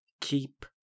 keep